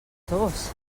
tos